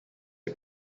die